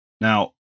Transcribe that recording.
Now